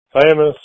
famous